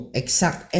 exact